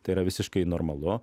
tai yra visiškai normalu